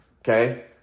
okay